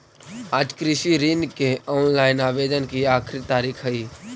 आज कृषि ऋण के ऑनलाइन आवेदन की आखिरी तारीख हई